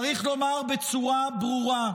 צריך לומר בצורה ברורה: